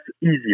easier